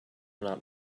not